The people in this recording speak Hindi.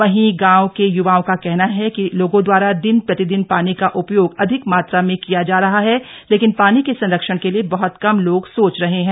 वहीं गांव के युवाओं का कहना है कि लोगों द्वारा दिन प्रतिदिन पानी का उपयोग अधिक मात्रा में किया जा रहा है लेकिन पानी के संरक्षण के लिए बहत कम लोग सोच रहे हैं